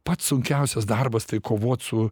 pats sunkiausias darbas tai kovot su